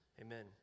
amen